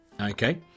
Okay